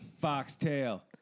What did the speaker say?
Foxtail